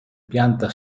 pianta